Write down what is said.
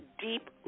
deep